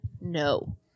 No